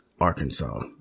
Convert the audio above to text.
Arkansas